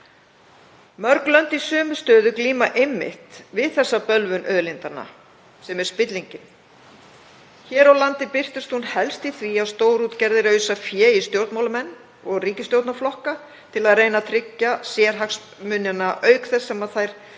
Mörg lönd í sömu stöðu glíma einmitt við þessa bölvun auðlindanna sem er spillingin. Hér á landi birtist hún helst í því að stórútgerðir ausa fé í stjórnmálamenn og ríkisstjórnarflokka til að reyna að tryggja sérhagsmunina auk þess sem þær